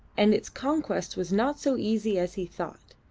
and its conquest was not so easy as he thought.